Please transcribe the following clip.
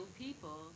people